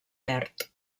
verd